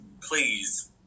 Please